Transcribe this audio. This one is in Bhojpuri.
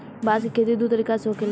बांस के खेती दू तरीका से होखेला